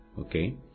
Okay